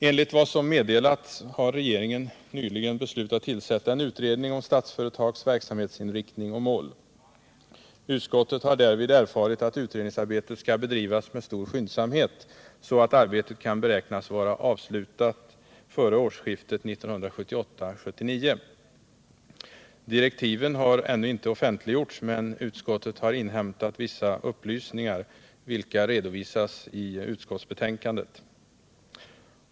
Enligt vad som meddelats har regeringen nyligen beslutat tillsätta en utredning om Statsföretags verksamhetsinriktning och mål. Utskottet har därvid erfarit att utredningsarbetet skall bedrivas med stor skyndsamhet, så att arbetet kan beräknas vara avslutat före årsskiftet 1978-1979. Direktiven har ännu inte offentliggjorts, men utskottet har inhämtat vissa upplysningar, vilka redovisas i utskottsbetänkandet.